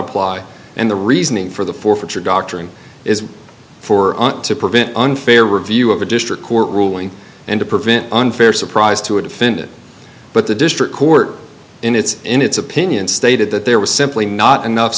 apply and the reasoning for the forfeiture doctrine is for to prevent unfair review of a district court ruling and to prevent unfair surprise to a defendant but the district court in its in its opinion stated that there was simply not enough